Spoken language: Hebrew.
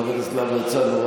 חבר הכנסת להב הרצנו,